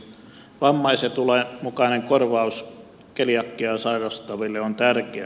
vammaisetulain mukainen korvaus keliakiaa sairastaville on tärkeä